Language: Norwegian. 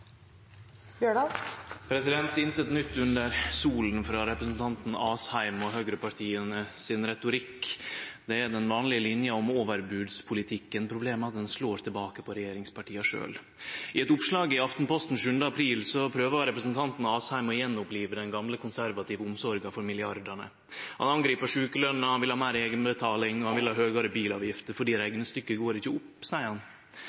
replikkordskifte. «Intet nytt under solen» i retorikken frå representanten Asheim og høgrepartia. Det er den vanlege linja om overbodspolitikken. Problemet er at det slår tilbake på regjeringspartia sjølve. I eit oppslag i Aftenposten 7. april prøver representanten Asheim å gjenopplive den gamle konservative omsorga for milliardane. Han angrip sjukeløna, han vil ha meir eigenbetaling, han vil ha høgare bilavgifter – fordi reknestykket ikkje går opp, seier han.